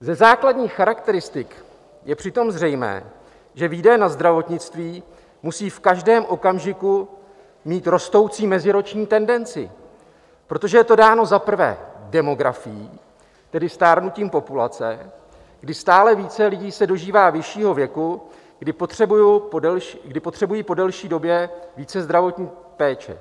Ze základních charakteristik je přitom zřejmé, že výdaje na zdravotnictví musí v každém okamžiku mít rostoucí meziroční tendenci, protože je to dáno za prvé demografií, tedy stárnutím populace, kdy stále více lidí se dožívá vyššího věku, kdy potřebují po delší době více zdravotní péče.